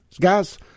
Guys